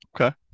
Okay